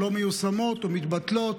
שלא מיושמות או מתבטלות.